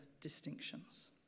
distinctions